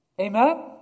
amen